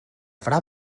fra